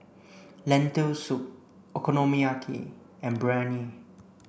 lentil soup Okonomiyaki and Biryani